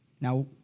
Now